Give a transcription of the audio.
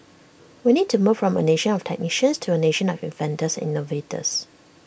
we need to move from A nation of technicians to A nation of inventors innovators